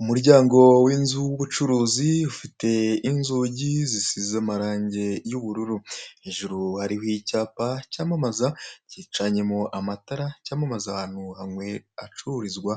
Umuryango w'inzu w'ubucuruzi ufite inzugi zisize amarange y'ubururu hejuru hariho icyapa cyamamaza gicanyemo amatara cyamamaza ahantu hacururizwa